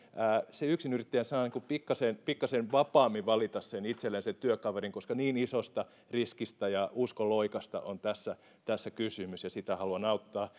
se yksinyrittäjä saa pikkasen pikkasen vapaammin valita itselleen sen työkaverin koska niin isosta riskistä ja uskonloikasta on tässä tässä kysymys ja sitä haluan auttaa